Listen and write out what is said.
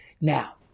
Now